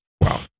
wow